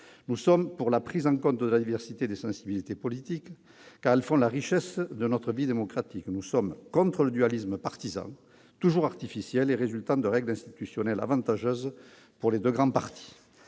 nous sommes pour la prise en compte de la diversité des sensibilités politiques, car elles font la richesse de notre vie démocratique ; nous sommes contre le dualisme partisan, toujours artificiel et résultant de règles institutionnelles avantageuses pour les deux grands partis.